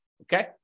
okay